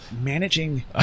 managing